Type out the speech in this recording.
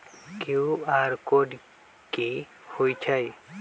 QR code कि हई छई?